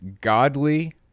godly